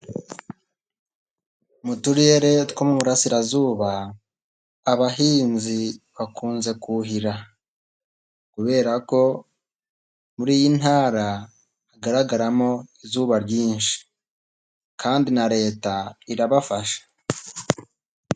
Mu turere two mu burasirazuba, abahinzi bakunze kuhira kubera ko muri iyi ntara, hagaragaramo izuba ryinshi, kandi na leta irabafasha.